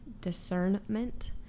discernment